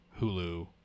Hulu